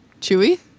Chewy